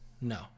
No